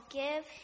give